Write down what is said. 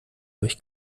durch